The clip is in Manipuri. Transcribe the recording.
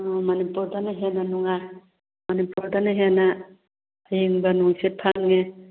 ꯑꯥ ꯃꯅꯤꯄꯨꯔꯗꯅ ꯍꯦꯟꯅ ꯅꯨꯡꯉꯥꯏ ꯃꯅꯤꯄꯨꯔꯗꯅ ꯍꯦꯟꯅ ꯑꯏꯪꯕ ꯅꯨꯡꯁꯤꯠ ꯐꯪꯏ